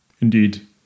Indeed